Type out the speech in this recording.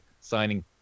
signing